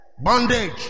Bondage